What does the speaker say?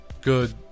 good